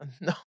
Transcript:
No